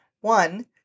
one